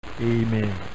amen